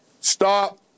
stop